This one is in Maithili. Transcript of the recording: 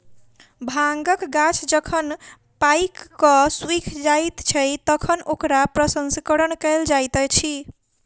भांगक गाछ जखन पाइक क सुइख जाइत छै, तखन ओकरा प्रसंस्करण कयल जाइत अछि